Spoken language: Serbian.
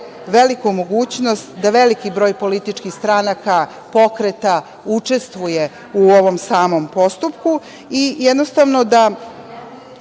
veliku mogućnost da veliki broj političkih stranaka, pokreta, učestvuje u ovom samom postupku i jednostavno da